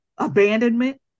abandonment